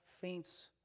faints